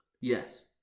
Yes